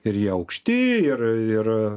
ir jie aukšti ir ir